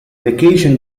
vacation